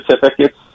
certificates